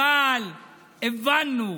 אבל הבנו,